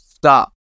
Stop